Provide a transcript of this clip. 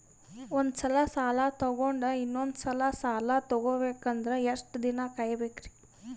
ಒಂದ್ಸಲ ಸಾಲ ತಗೊಂಡು ಇನ್ನೊಂದ್ ಸಲ ಸಾಲ ತಗೊಬೇಕಂದ್ರೆ ಎಷ್ಟ್ ದಿನ ಕಾಯ್ಬೇಕ್ರಿ?